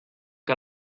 que